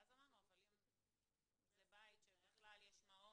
אבל אמרנו אם זה בית שיש בו מעון